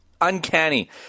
uncanny